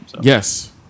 Yes